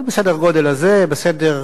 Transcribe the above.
בסדר הגודל הזה, בסדר